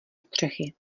střechy